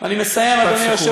משפט סיכום, אדוני.